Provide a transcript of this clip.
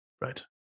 Right